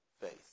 faith